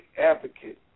advocate